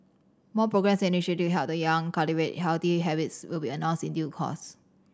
more programmes and initiative to help the young cultivate healthy habits will be announced in due course